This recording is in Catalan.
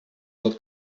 tot